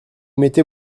mettez